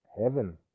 heaven